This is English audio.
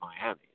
Miami